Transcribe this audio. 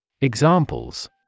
Examples